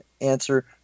answer